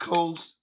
Coast